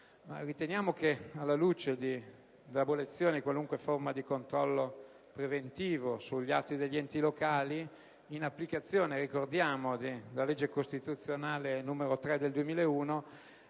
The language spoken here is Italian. legittimità. Alla luce dell'abolizione di qualunque forma di controllo preventivo sugli atti degli enti locali, in applicazione della legge costituzionale n. 3 del 2001,